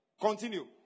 Continue